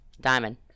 Diamond